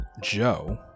Joe